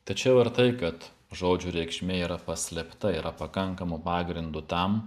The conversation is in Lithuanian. tačiau ir tai kad žodžių reikšmė yra paslėpta yra pakankamo pagrindu tam